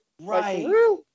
right